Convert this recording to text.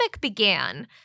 began